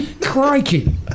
Crikey